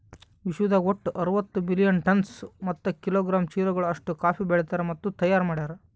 ವಿಶ್ವದಾಗ್ ಒಟ್ಟು ಅರವತ್ತು ಮಿಲಿಯನ್ ಟನ್ಸ್ ಮತ್ತ ಕಿಲೋಗ್ರಾಮ್ ಚೀಲಗಳು ಅಷ್ಟು ಕಾಫಿ ಬೆಳದಾರ್ ಮತ್ತ ತೈಯಾರ್ ಮಾಡ್ಯಾರ